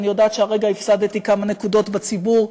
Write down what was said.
אני יודעת שהרגע הפסדתי כמה נקודות בציבור,